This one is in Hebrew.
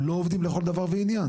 הם לא עובדים לכל דבר ועניין.